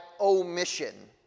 omission